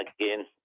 Again